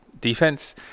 defense